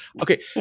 Okay